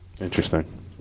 Interesting